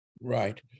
Right